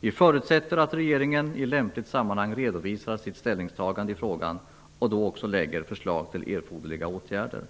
Vi förutsätter att regeringen i lämpligt sammanhang redovisar sitt ställningstagande i frågan och då också framlägger förslag om erforderliga åtgärder.